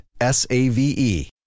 S-A-V-E